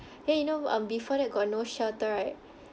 then you know um before that got no shelter right